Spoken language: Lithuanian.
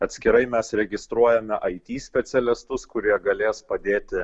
atskirai mes registruojame it specialistus kurie galės padėti